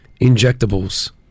injectables